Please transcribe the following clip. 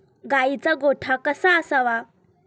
गाईचा गोठा कसा असावा?